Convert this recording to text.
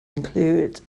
include